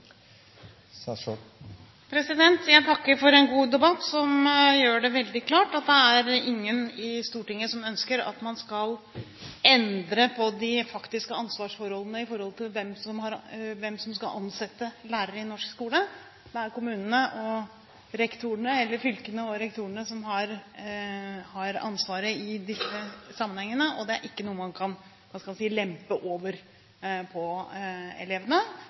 ingen i Stortinget som ønsker at man skal endre på de faktiske ansvarsforholdene i forhold til hvem som skal ansette lærere i norsk skole. Det er kommunene og rektorene, eller fylkene og rektorene, som har ansvaret i disse sammenhengene, og det er ikke noe man kan lempe over på elevene. Det er fordi det er profesjonelle folk som skal ansettes, det er kompetanse man skal se etter. Det diskusjonen egentlig dreier seg om, er hvordan man kan